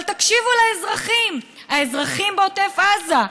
אבל תקשיבו לאזרחים, האזרחים בעוטף עזה.